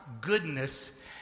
goodness